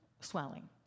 swelling